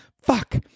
Fuck